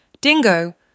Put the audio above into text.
Dingo